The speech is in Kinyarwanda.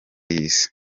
y’isi